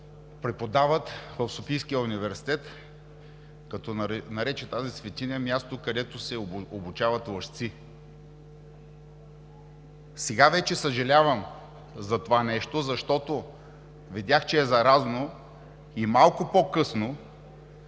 преподават в Софийския университет, като нарече тази светиня място, където се обучават лъжци. Сега вече съжалявам за това нещо, защото видях, че е заразно и малко по-късно